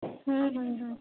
হুম হুম হুম